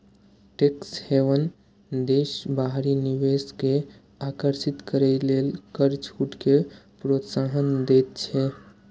tax haven देश बाहरी निवेश कें आकर्षित करै लेल कर छूट कें प्रोत्साहन दै छै